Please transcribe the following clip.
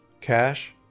Cash